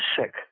sick